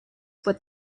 what